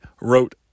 wrote